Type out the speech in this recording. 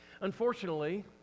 unfortunately